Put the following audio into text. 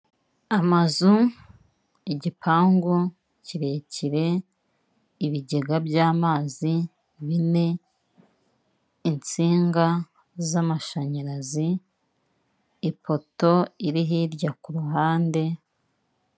Amazu, igipangu kirekire, ibigega by'amazi bine, insinga z'amashanyarazi ipoto iri hirya ku ruhande.